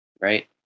right